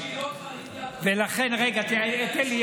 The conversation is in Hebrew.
רגע, תן לי.